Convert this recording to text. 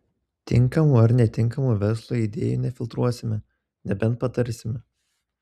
tinkamų ar netinkamų verslui idėjų nefiltruosime nebent patarsime